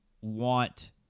want